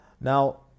Now